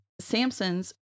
Samson's